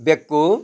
ಬೆಕ್ಕು